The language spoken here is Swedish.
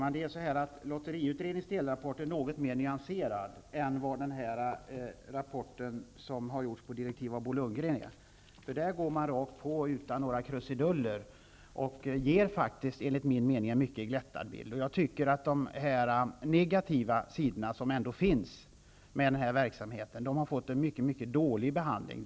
Herr talman! Lotteriutredningens delrapport är något mer nyanserad än den rapport som har tillkommit på direktiv av Bo Lundgren. I den går man rakt på utan några krusiduller och ger faktiskt enligt min mening en mycket glättad bild. Jag menar att de negativa sidor som ändå finns i den här verksamheten har fått en mycket dålig behandling.